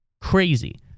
crazy